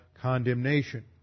condemnation